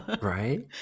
right